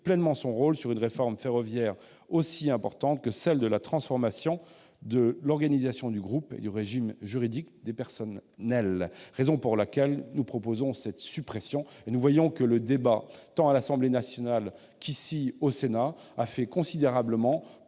pleinement son rôle sur une réforme ferroviaire aussi importante que celle de la transformation de l'organisation du groupe et du régime juridique des personnels. C'est la raison pour laquelle nous proposons la suppression de cet article. Le débat parlementaire, tant à l'Assemblée nationale qu'au Sénat, a fait considérablement